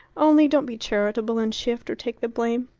only don't be charitable and shift or take the blame.